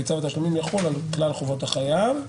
צו התשלומים יחול על כלל חובות החייב,